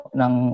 ng